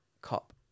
cop